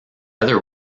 other